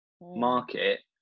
market